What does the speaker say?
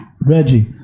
Reggie